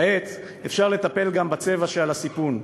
כעת אפשר לטפל גם בצבע שעל הסיפון,